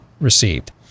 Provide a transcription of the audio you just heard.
received